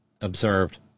observed